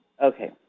Okay